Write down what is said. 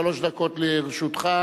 שלוש דקות לרשותך.